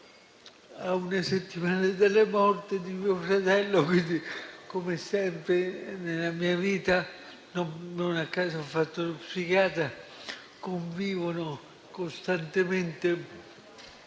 a una settimana dalla morte di mio fratello, quindi come sempre nella mia vita - non a caso ho fatto lo psichiatra - convivono costantemente